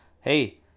hey